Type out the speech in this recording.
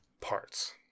parts